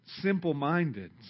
simple-minded